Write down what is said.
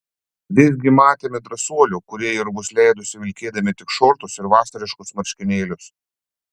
visgi matėme drąsuolių kurie į urvus leidosi vilkėdami tik šortus ir vasariškus marškinėlius